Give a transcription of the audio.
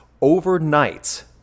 overnight